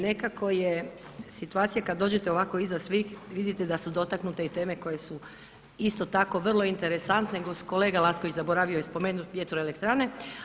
Nekako je situacija kada dođete ovako iza svih vidite da su dotaknute i teme koje su isto tako interesantne, kolega Lacković, zaboravio je spomenuti vjetroelektrane.